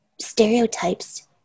stereotypes